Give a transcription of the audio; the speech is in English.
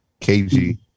KG